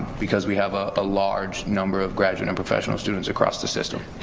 because we have ah a large number of graduate and professional students across the system.